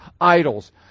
idols